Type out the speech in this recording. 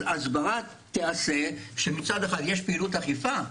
ההסברה תיעשה כשמצד אחד יש פעילות אכיפה.